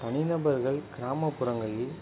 தனி நபர்கள் கிராமப்புறங்களில்